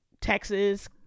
Texas